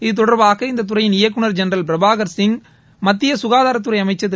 இத்தொடர்பாக இந்த துறையின் இயக்குநர் ஜெனரல் பிரபாகர் சிவ் மத்திய சுகாதாரத்துறை அமைச்சர் திரு